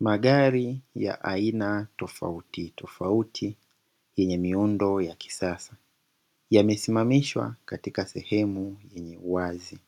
Magari ya aina tofautitofauti yenye miundo ya kisasa yamesimamishwa katika sehemu ya uwazi,